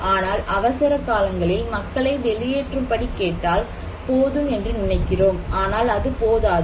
ஆனால் அவசர காலங்களில் மக்களை வெளியேற்றும்படி கேட்டால் போதும் என்று நினைக்கிறோம் ஆனால் அது போதாது